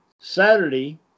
Saturday